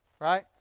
Right